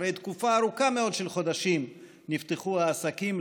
אחרי תקופה ארוכה מאוד של חודשים נפתחו העסקים,